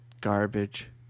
garbage